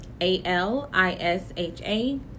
A-L-I-S-H-A